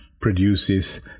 produces